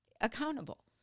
accountable